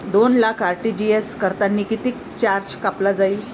दोन लाख आर.टी.जी.एस करतांनी कितीक चार्ज कापला जाईन?